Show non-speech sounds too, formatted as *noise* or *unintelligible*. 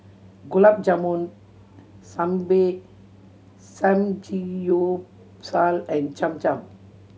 Gulab Jamun *unintelligible* Samgeyopsal and Cham Cham